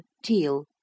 Teal